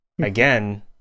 again